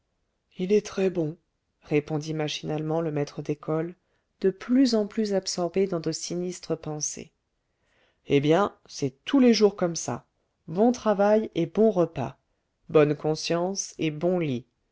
il est très-bon répondit machinalement le maître d'école de plus en plus absorbé dans de sinistres pensées eh bien c'est tous les jours comme ça bon travail et bon repas bonne conscience et bon lit